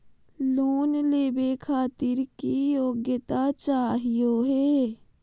Loan लेवे खातीर की योग्यता चाहियो हे?